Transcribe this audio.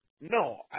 No